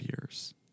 years